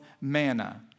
manna